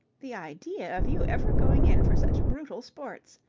the idea of you ever going in for such brutal sports!